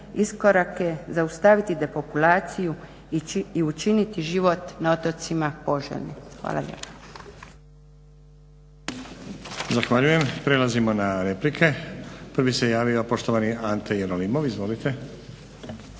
iskorake, zaustaviti depopulaciju i učiniti život na otocima poželjnim. Hvala lijepa.